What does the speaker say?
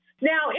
Now